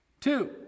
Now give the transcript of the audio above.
Two